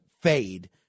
fade